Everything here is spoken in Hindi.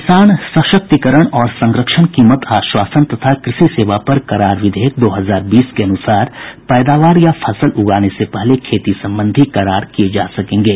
किसान सशक्तिकरण और संरक्षण कीमत आश्वासन तथा कृषि सेवा पर करार विधेयक दो हजार बीस के अनुसार पैदावार या फसल उगाने से पहले खेती संबंधी करार किए जा सकेंगे